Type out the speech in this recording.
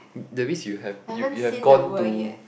that means you have you you have gone to